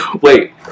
Wait